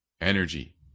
energy